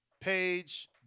page